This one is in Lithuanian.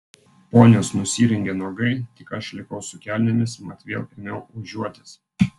ponios nusirengė nuogai tik aš likau su kelnėmis mat vėl ėmiau ožiuotis